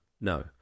No